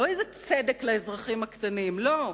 לא איזה צדק לאזרחים הקטנים, לא.